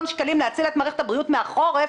שקלים להציל את מערכת הבריאות מהחורף,